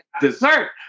dessert